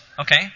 Okay